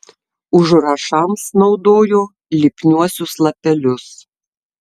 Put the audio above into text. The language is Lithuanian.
užrašams naudojo lipniuosius lapelius